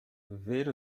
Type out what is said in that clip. ver